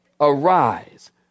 Arise